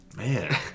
man